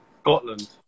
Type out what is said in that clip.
Scotland